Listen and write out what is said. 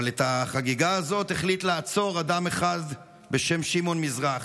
אבל את החגיגה הזאת החליט לעצור אדם אחד בשם שמעון מזרחי.